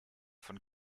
von